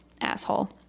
asshole